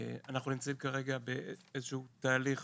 שאנחנו נמצאים כרגע באיזשהו תהליך